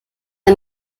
der